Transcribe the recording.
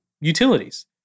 utilities